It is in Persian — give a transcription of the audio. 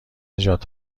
نژاد